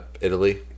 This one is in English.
Italy